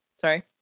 sorry